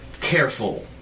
careful